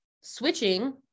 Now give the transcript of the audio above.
switching